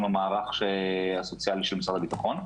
עם המערך הסוציאלי של משרד הביטחון.